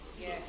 Yes